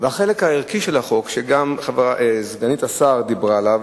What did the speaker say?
החלק הערכי של החוק, שגם סגנית השר דיברה עליו,